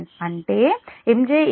అంటే MJ MW sec